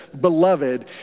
beloved